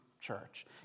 church